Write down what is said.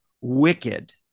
wicked